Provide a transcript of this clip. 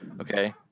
Okay